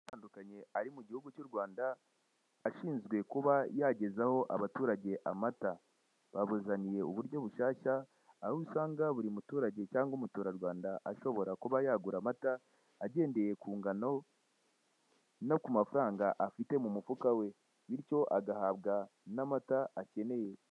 Atandukanye ari mu gihudu cy'u Rwanda ashinzwe kuba yagezaho abaturage amata, babazaniye uburyo bushyashya, aho usanga buri muturage cyangwa umuturarwanda ashobora kuba yagura amata, agendeye ku ngano no ku mafaranga afite mu mufuka we, bityo agahabwa n'amata akeneye.